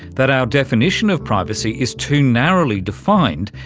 that our definition of privacy is too narrowly defined,